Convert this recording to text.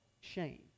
shame